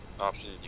option